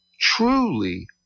truly